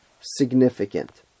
significant